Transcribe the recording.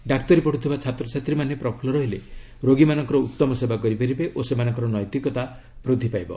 ଡାକ୍ତରୀ ପଢ଼ୁଥିବା ଛାତ୍ରଛାତ୍ରୀମାନେ ପ୍ରଫୁଲ୍ଲ ରହିଲେ ରୋଗୀମାନଙ୍କ ଉତ୍ତମ ସେବା କରିପାରିବେ ଓ ସେମାନଙ୍କର ନୈତିକତା ବୃଦ୍ଧି ପାଇବ